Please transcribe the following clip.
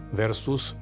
versus